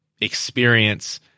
experience